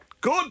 Good